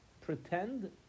Pretend